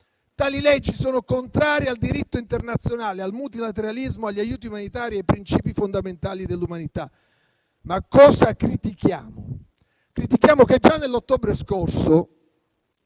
Tali leggi sono contrarie al diritto internazionale, al multilateralismo, agli aiuti umanitari e ai principi fondamentali dell'umanità. Ma cosa critichiamo? Critichiamo che già nell'ottobre scorso